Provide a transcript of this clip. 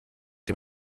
dem